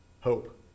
Hope